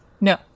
no